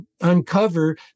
uncover